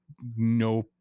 no